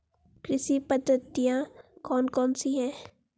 कृषि पद्धतियाँ कौन कौन सी हैं?